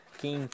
quem